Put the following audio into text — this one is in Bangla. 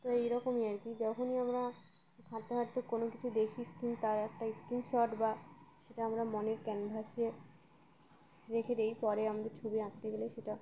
তো এইরকমই আর কি যখনই আমরা হাঁটতে হাঁটতে কোনো কিছু দেখি শুনি তার একটা স্ক্রিনশট বা সেটা আমরা মনে ক্যানভাসে রেখে দেিই পরে আমাদের ছবি আঁকতে গেলে সেটা